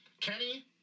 Kenny